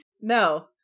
No